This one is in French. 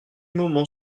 moment